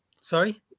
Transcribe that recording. Sorry